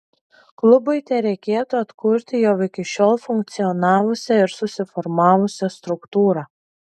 klubui tereikėtų atkurti jau iki šiol funkcionavusią ir susiformavusią struktūrą